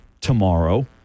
tomorrow